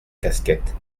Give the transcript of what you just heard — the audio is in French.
casquette